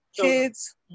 kids